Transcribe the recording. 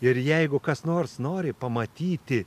ir jeigu kas nors nori pamatyti